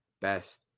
best